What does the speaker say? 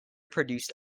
produced